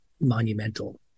monumental